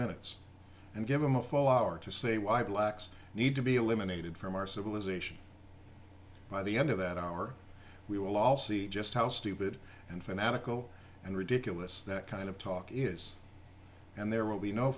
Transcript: minutes and give them a full hour to say why blacks need to be eliminated from our civilization by the end of that hour we will all see just how stupid and fanatical and ridiculous that kind of talk is and there will be no